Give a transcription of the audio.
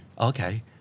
Okay